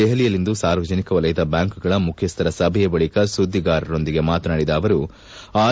ದೆಹಲಿಯಲ್ಲಿಂದು ಸಾರ್ವಜನಿಕ ವಲಯದ ಬ್ಯಾಂಕ್ ಗಳ ಮುಖ್ಯಸ್ಥರ ಸಭೆಯ ಬಳಿಕ ಸುದ್ದಿಗಾರರೊಂದಿಗೆ ಮಾತನಾಡಿದ ಅವರು ಆರ್